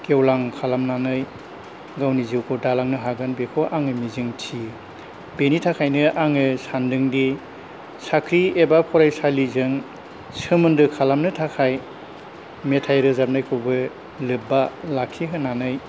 गेवलां खालामनानै गावनि जिउखौ दालांनो हागोन बेखौ आङो मिजिं थियो बेनि थाखायोनो आङो सानदोंदि साख्रि एबा फरायसालिजों सोमोन्दो खालामनो थाखाय मेथाइ रोजाबनायखौबो लोब्बा लाखिहोनानै